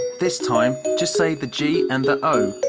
this time, just say the g and the o.